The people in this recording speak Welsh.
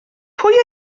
pwy